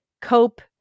cope